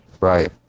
Right